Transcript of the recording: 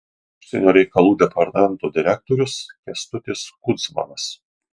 užsienio reikalų departamento direktorius kęstutis kudzmanas